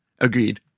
agreed